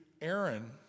Aaron